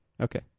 Okay